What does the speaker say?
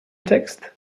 text